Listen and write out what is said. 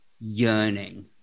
yearning